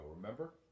Remember